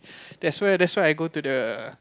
that's why that's why I go to the